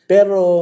Pero